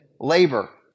labor